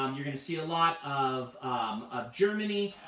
um you're going to see a lot of um ah germany.